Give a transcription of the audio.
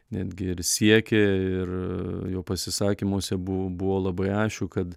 netgi ir siekė ir jo pasisakymuose buv buvo labai aišku kad